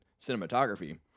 cinematography